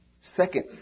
Second